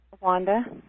Wanda